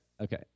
Okay